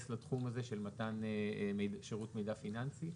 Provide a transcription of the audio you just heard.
לתחום הזה של מתן שירות מידע פיננסי.